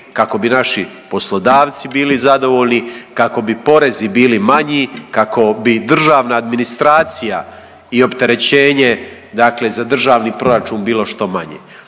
kako bi naši poslodavci bili zadovoljni, kako bi porezi bili manji, kako bi državna administracija i opterećenje, dakle za državni proračun bilo što manje.